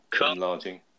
enlarging